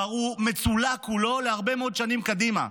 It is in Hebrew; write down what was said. הוא כבר מצולק כולו להרבה מאוד שנים קדימה.